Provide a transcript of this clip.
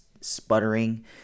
sputtering